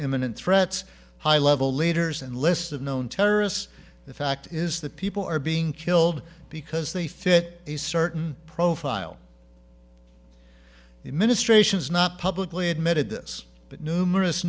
imminent threats high level leaders and lists of known terrorists the fact is that people are being killed because they fit a certain profile the administration's not publicly admitted this but numerous